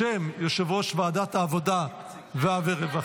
בשם יושב-ראש ועדת העבודה והרווחה,